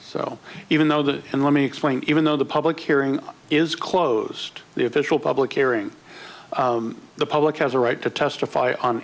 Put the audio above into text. so even though that and let me explain even though the public hearing is closed the official public airing the public has a right to testify on